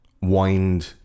wind